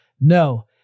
No